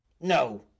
No